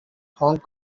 hong